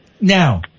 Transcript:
Now